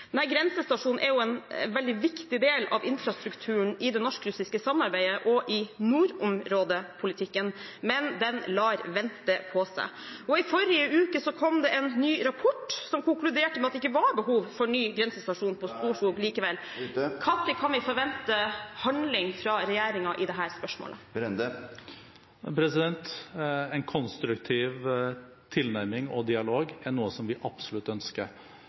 grensestasjonen er en veldig viktig del av infrastrukturen i det norsk-russiske samarbeidet og i nordområdepolitikken, men den lar vente på seg. I forrige uke kom det en ny rapport som konkluderte med at det ikke var behov for ny grensestasjon ved Storskog likevel. Når kan vi forvente handling fra regjeringen i dette spørsmålet? En konstruktiv tilnærming og dialog er noe som vi absolutt ønsker,